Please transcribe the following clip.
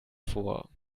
vor